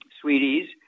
Sweeties